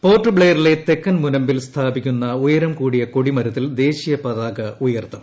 port ബ്ലെയറിലെ തെക്കൻ മുനമ്പിൽ സ്ഥാപിക്കുന്ന ഉയരംകൂടിയ കൊടിമരത്തിൽ ദേശീയപതാക ഉയർത്തും